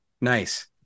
Nice